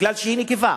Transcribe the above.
בגלל שהיא נקבה.